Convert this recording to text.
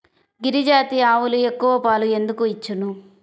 గిరిజాతి ఆవులు ఎక్కువ పాలు ఎందుకు ఇచ్చును?